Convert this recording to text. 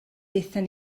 aethon